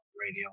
radio